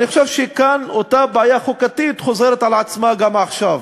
אני חושב שאותה בעיה חוקתית חוזרת כאן על עצמה גם עכשיו,